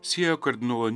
siejo kardinolą